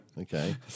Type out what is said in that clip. Okay